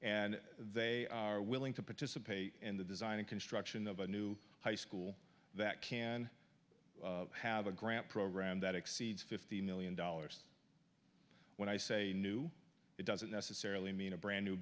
and they are willing to participate in the design and construction of a new high school that can have a grant program that exceeds fifty million dollars when i say new it doesn't necessarily mean a brand new